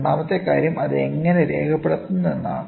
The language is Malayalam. രണ്ടാമത്തെ കാര്യം അത് എങ്ങനെ രേഖപ്പെടുത്തുന്നു എന്നതാണ്